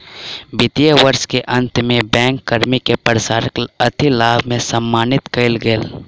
वित्तीय वर्ष के अंत में बैंक कर्मी के प्रयासक अधिलाभ सॅ सम्मानित कएल गेल